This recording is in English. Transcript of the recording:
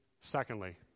secondly